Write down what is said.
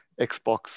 Xbox